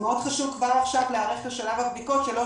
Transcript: מאוד חשוב כבר עכשיו להיערך לשלב הבדיקות שלא